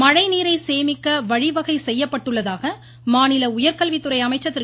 மழைநீரை சேமிக்க வழிவகை செய்யப்பட்டுள்ளதாக மாநில உயர்கல்வித்துறை அமைச்சர் திரு